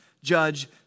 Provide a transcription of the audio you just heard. judge